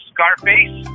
Scarface